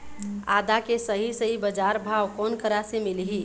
आदा के सही सही बजार भाव कोन करा से मिलही?